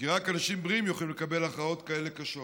כי רק אנשים בריאים יכולים לקבל הכרעות כאלה קשות.